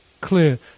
clear